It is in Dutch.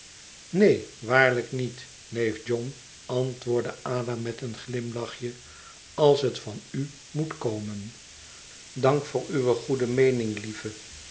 neen waarlijk niet neef john antwoordde ada meteen glimlachje als het van u moet komen dank voor uwe goede meening lieve